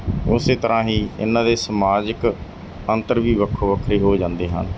ਉਸੇ ਤਰ੍ਹਾਂ ਹੀ ਇਹਨਾਂ ਦੇ ਸਮਾਜਿਕ ਅੰਤਰ ਵੀ ਵੱਖੋ ਵੱਖਰੇ ਹੋ ਜਾਂਦੇ ਹਨ